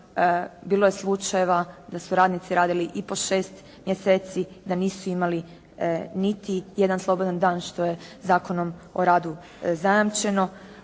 bilo je slučajeva da su radnici radili i po 6 mjeseci, da nisu imali niti jedna slobodan dan što je Zakonom o radu zajamčeno,